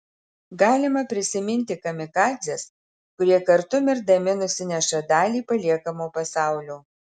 galima prisiminti kamikadzes kurie kartu mirdami nusineša dalį paliekamo pasaulio